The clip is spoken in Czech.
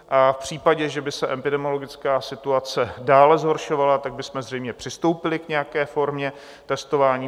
V případě, že by se epidemiologická situace dále zhoršovala, tak bychom zřejmě přistoupili k nějaké formě testování.